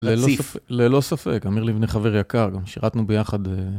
ללא ספק, אמיר לבני חבר יקר, גם שירתנו ביחד.